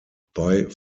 bei